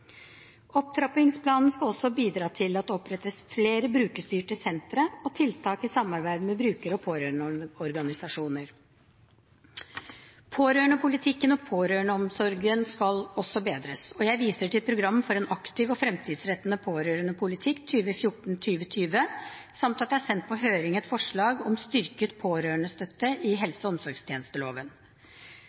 Opptrappingsplanen skal også bidra til at det opprettes flere brukerstyrte sentre og tiltak i samarbeid med bruker- og pårørendeorganisasjoner. Pårørendepolitikken og pårørendeomsorgen skal også bedres, og jeg viser til program for en aktiv og fremtidsrettet pårørendepolitikk 2014–2020, samt at det er sendt på høring et forslag om styrket pårørendestøtte i helse- og omsorgstjenesteloven.